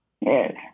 Yes